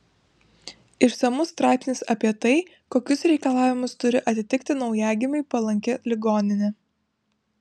išsamus straipsnis apie tai kokius reikalavimus turi atitikti naujagimiui palanki ligoninė